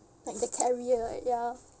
like the carrier right ya